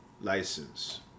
license